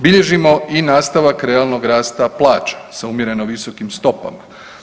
Bilježimo i nastavak realnog rasta plaća sa umjereno visokim stopama.